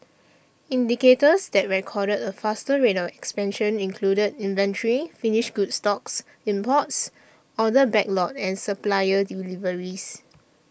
indicators that recorded a faster rate of expansion included inventory finished goods stocks imports order backlog and supplier deliveries